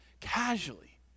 casually